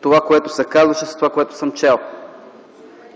това, което се казваше, в това, което съм чел.